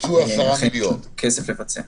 ולכן אין שום כסף לבצע.